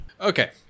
Okay